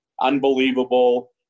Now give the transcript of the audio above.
unbelievable